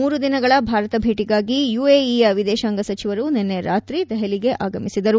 ಮೂರು ದಿನಗಳ ಭಾರತ ಭೇಟಿಗಾಗಿ ಯುಎಇಯ ವಿದೇಶಾಂಗ ಸಚಿವರು ನಿನ್ನೆ ರಾತ್ರಿ ದೆಹಲಿಗೆ ಆಗಮಿಸಿದರು